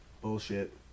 Bullshit